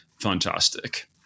fantastic